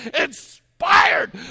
inspired